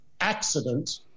accident